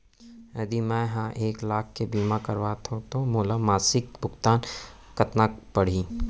यदि मैं ह एक लाख के बीमा करवात हो त मोला मासिक भुगतान कतना पड़ही?